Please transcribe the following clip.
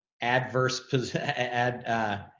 adverse